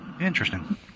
Interesting